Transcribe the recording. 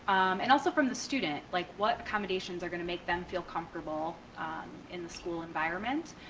and also from the student. like what accommodations are gonna make them feel comfortable in the school environment.